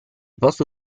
posso